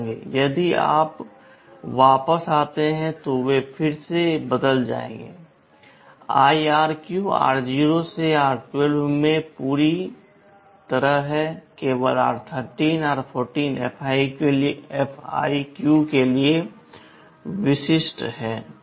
यदि आप वापस आते हैं तो वे फिर से बदल जाएंगे और IRQ r0 से r12 में पूरी बात है केवल r13 r14 FIQ के लिए विशिष्ट है